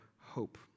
hope